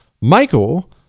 Michael